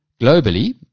Globally